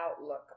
outlook